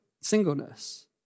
singleness